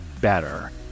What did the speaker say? better